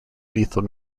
lethal